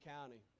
county